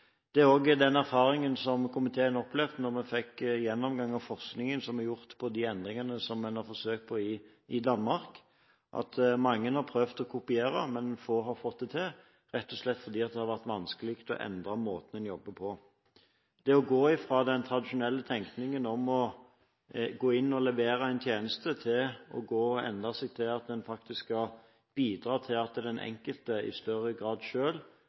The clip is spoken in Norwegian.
Det er også den erfaringen komiteen opplevde da vi fikk en gjennomgang av forskningen som er gjort på de endringene man har forsøkt i Danmark – at mange har prøvd å kopiere, men få har fått det til, fordi det har vært vanskelig å endre måten en jobber på. Det handler om å gå fra den tradisjonelle tenkningen om å gå inn og levere en tjeneste, til å endre seg til at en faktisk skal bidra til at den enkelte selv i større grad